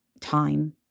time